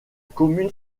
commune